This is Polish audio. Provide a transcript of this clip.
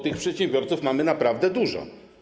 Tych przedsiębiorców mamy naprawdę dużo.